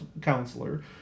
counselor